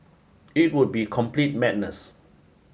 it would be complete madness